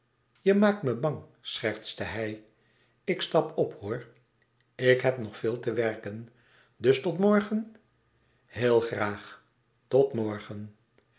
je maakt me bang schertste hij ik stap op hoor ik heb nog veel te werken dus tot morgen heel graag tot morgen